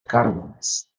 cárdenas